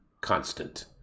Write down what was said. constant